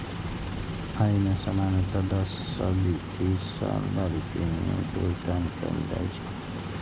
अय मे सामान्यतः दस सं तीस साल धरि प्रीमियम के भुगतान कैल जाइ छै